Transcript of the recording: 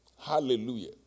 Hallelujah